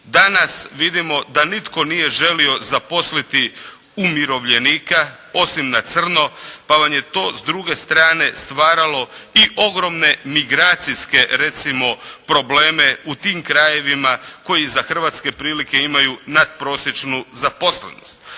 Danas vidimo da nitko nije želio zaposliti umirovljenika osim na crno, pa vam je to s druge strane stvaralo i ogromne migracijske recimo probleme u tim krajevima koji za hrvatske prilike imaju natprosječnu zaposlenost.